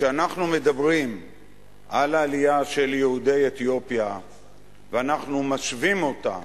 כשאנחנו מדברים על גלי העלייה של יהודי אתיופיה ומשווים אותם